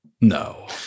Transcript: no